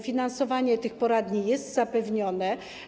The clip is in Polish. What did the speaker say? Finansowanie tych poradni jest zapewnione.